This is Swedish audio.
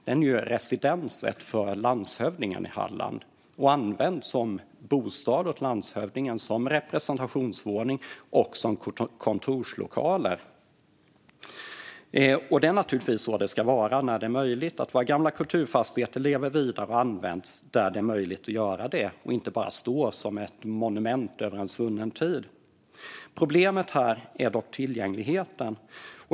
Den är residenset för landshövdingen i Halland, och den används som bostad åt landshövdingen, som representationsvåning och som kontorslokaler. Det är naturligtvis så det ska vara när det är möjligt, det vill säga att våra gamla kulturfastigheter lever vidare och används där det är möjligt och inte bara står som monument över svunna tider. Problemet är tillgängligheten.